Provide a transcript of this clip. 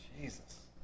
Jesus